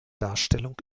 darstellung